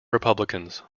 republicans